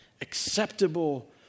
acceptable